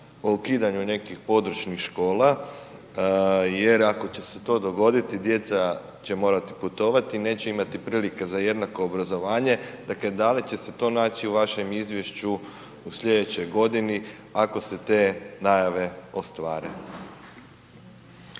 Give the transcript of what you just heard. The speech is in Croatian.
o ukidanju nekih područnih škola, jer ako će se to dogoditi djeca će morati putovati i neće imati prilike za jednako obrazovanje, dakle da li će se to naći u vašem izvješću u sljedećoj godini ako se te najave ostvare.